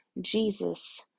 Jesus